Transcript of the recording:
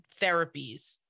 therapies